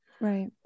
Right